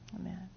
Amen